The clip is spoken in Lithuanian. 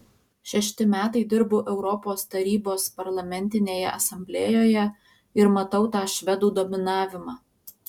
šešti metai dirbu europos tarybos parlamentinėje asamblėjoje ir matau tą švedų dominavimą